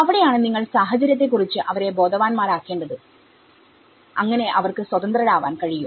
അവിടെയാണ് നിങ്ങൾ സാഹചര്യത്തെ കുറിച്ച് അവരെ ബോധവാന്മാരാക്കേണ്ടത് അങ്ങനെ അവർക്ക് സ്വതന്ത്രരാവാൻ കഴിയും